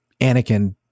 Anakin